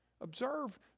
Observe